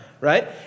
right